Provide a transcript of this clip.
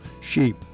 sheep